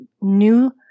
new